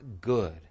good